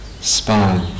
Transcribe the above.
spine